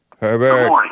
Herbert